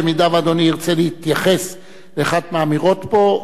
אם אדוני ירצה להתייחס לאחת מהאמירות פה,